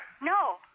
No